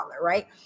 Right